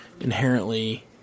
inherently